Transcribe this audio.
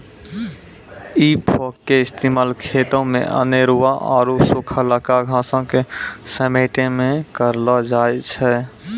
हेइ फोक के इस्तेमाल खेतो मे अनेरुआ आरु सुखलका घासो के समेटै मे करलो जाय छै